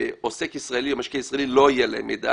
עוסק ישראל או משקיע ישראלי לא יהיה מידע.